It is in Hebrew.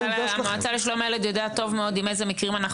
יפיפ המועצה לשלום הילד יודעים טוב מאוד עם איזה מקרים אנחנו